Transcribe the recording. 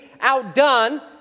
outdone